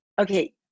okay –